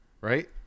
Right